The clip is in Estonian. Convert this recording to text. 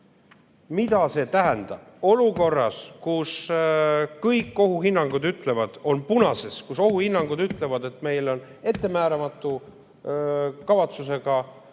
Mida see ikkagi tähendab olukorras, kus kõik ohuhinnangud on punases, kus ohuhinnangud ütlevad, et meil on ettemääramatute kavatsustega